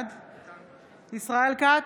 בעד ישראל כץ,